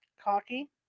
cocky